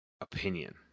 opinion